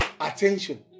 attention